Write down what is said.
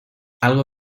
algo